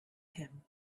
him